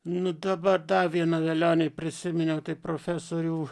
nu dabar da vieną velionį prisiminiau profesorių